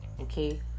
Okay